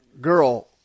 Girl